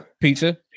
pizza